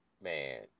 Man